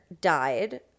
died